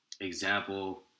Example